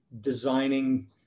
designing